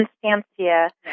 Constancia